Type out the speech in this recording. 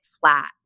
flat